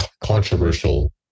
controversial